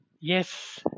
Yes